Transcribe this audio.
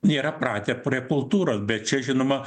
nėra pratę prie kultūros bet čia žinoma